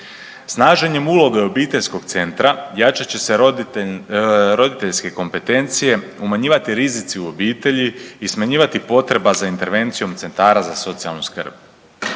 Snaženjem uloge obiteljskog centra jačat će se roditeljske kompetencije, umanjivati rizici u obitelji i smanjivati potreba za intervencijom centara za socijalnu skrb.